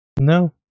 No